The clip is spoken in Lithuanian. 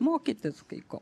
mokytis kai ko